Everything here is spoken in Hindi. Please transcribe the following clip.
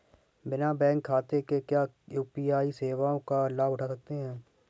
बिना बैंक खाते के क्या यू.पी.आई सेवाओं का लाभ उठा सकते हैं?